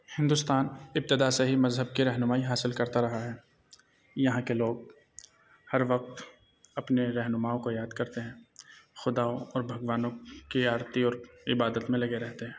ہندوستان ابتدا سے ہی مذہب کی رہنمائی حاصل کرتا رہا ہے یہاں کے لوگ ہر وقت اپنے رہنماؤں کو یاد کرتے ہیں خداؤں اور بھگوانوں کی آرتی اور عبادت میں لگے رہتے ہیں